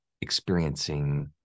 experiencing